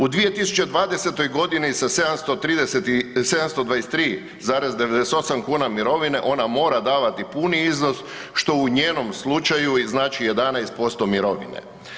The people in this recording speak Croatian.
U 2020.g. sa 730 i, 723,98 kuna mirovine ona mora davati puni iznos što u njenom slučaju znači 11% mirovine.